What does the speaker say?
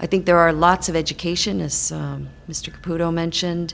i think there are lots of educationists mr mentioned